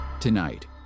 Tonight